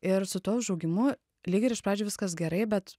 ir su tuo užaugimu lyg ir iš pradžių viskas gerai bet